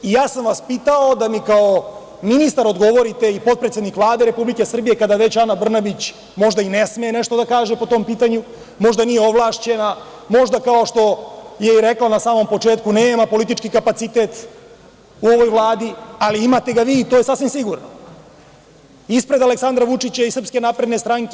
Ja sam vas pitao da mi kao ministar odgovorite, i potpredsednik Vlade Republike Srbije, kada već Ana Brnabić možda i ne sme nešto da kaže po tom pitanju, možda nije ovlašćena, možda, kao što je rekla na samom početku, nema politički kapacitet u ovoj Vladi, ali imate ga vi i to je sasvim sigurno, ispred Aleksandra Vučića i SNS.